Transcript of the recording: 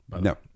No